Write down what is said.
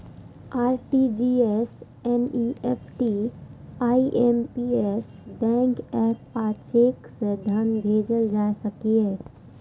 RTGS, NEFT, IMPS, bank app आ cheque सं धन भेजल जा सकैए